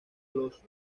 los